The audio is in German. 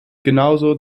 genauso